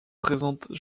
présentent